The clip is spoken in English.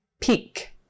peak